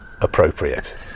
appropriate